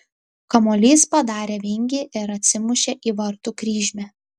kamuolys padarė vingį ir atsimušė į vartų kryžmę